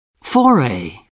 Foray